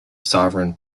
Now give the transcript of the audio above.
sovereign